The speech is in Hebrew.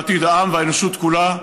לעתיד העם והאנושות כולה,